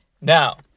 now